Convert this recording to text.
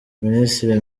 minisitiri